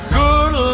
good